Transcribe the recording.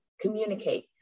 communicate